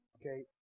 okay